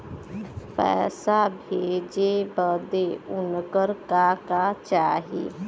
पैसा भेजे बदे उनकर का का चाही?